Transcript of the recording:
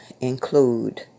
include